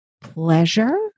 pleasure